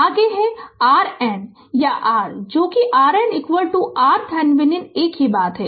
आगे है RN या R जो कि RN r RThevenin एक ही बात है